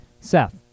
Seth